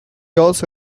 also